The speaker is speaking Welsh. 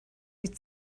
wyt